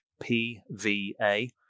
PVA